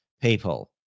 people